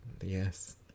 Yes